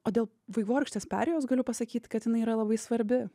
o dėl vaivorykštės perėjos galiu pasakyt kad jinai yra labai svarbi